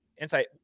insight